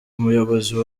muyobozi